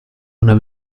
una